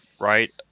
right